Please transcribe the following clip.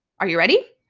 are you ready?